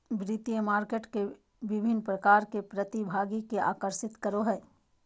वित्तीय मार्केट विभिन्न प्रकार के प्रतिभागि के आकर्षित करो हइ